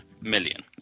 million